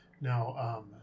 Now